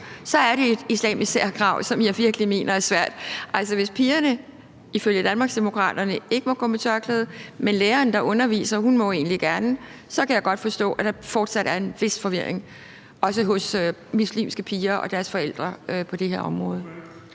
Så er det et islamisk særkrav, som jeg virkelig mener gør det svært. Hvis pigerne ifølge Danmarksdemokraterne ikke må gå med tørklæde, men læreren, der underviser, egentlig gerne må, så kan jeg godt forstå, at der fortsat er en vis forvirring på det her område, også hos muslimske piger og deres forældre. Kl. 12:16 Den